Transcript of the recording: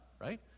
right